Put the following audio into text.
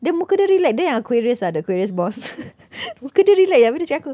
then muka dia relax ni yang aquarius ah the aquarius boss muka dia relax abeh dia cakap dengan aku